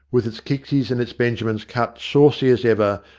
with its kicksies and its benjamins cut saucy as ever,